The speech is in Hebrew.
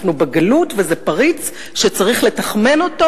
אנחנו בגלות וזה פריץ שצריך לתכמן אותו